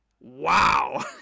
Wow